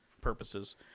purposes